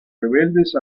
rebeldes